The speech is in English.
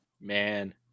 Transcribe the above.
Man